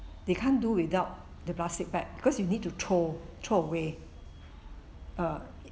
they can't do without the plastic bag because you need to throw throw away uh